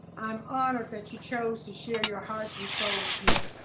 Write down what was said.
i'm honored that you chose to share your hearts and soul with me.